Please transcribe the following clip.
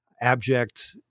abject